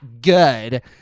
good